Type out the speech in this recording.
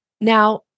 Now